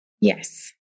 Yes